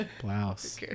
blouse